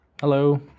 Hello